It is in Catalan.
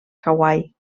hawaii